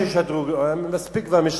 ההצעה להעביר את הצעת חוק רשות השידור (תיקון מס' 23),